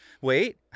Wait